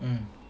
mm